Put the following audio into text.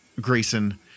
Grayson